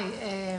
היי,